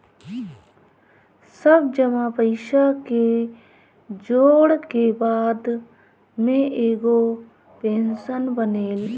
सब जमा पईसा के जोड़ के बाद में एगो पेंशन बनेला